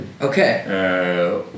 Okay